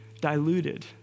diluted